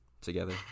together